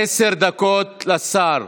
עשר דקות לשר.